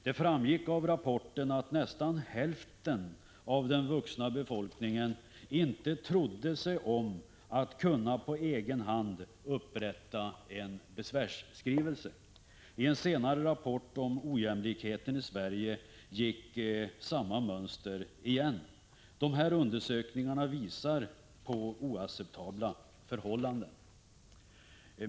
Det framgick av rapporten att nästan hälften av den vuxna befolkningen inte trodde sig om att på egen hand kunna upprätta en besvärsskrivelse. I en senare rapport om ojämlikheten i Sverige gick samma mönster igen. De här undersökningarna visar på oacceptabla förhållanden.